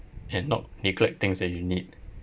and not neglect things that you need